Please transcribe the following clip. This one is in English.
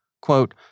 Quote